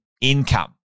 income